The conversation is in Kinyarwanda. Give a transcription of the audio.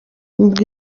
ubwo